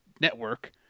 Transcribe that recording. network